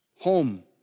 home